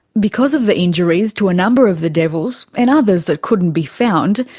because of the injuries to a number of the devils, and others that couldn't be found,